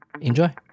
Enjoy